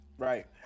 Right